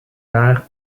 daar